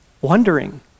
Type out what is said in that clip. wondering